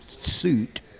suit